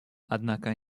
однако